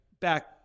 back